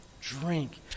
drink